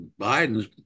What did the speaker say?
Biden's